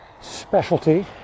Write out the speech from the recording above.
specialty